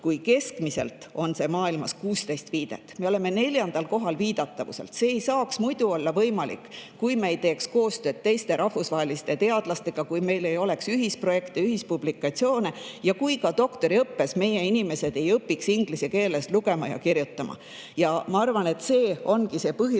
Keskmine näitaja maailmas on 16 viidet. Me oleme neljandal kohal viidatavuselt. See ei saaks muidu olla võimalik, kui me ei teeks koostööd teiste rahvusvaheliste teadlastega, kui meil ei oleks ühisprojekte, ühispublikatsioone ja kui ka doktoriõppes meie inimesed ei õpiks inglise keeles lugema ja kirjutama. Ma arvan, et see ongi põhiline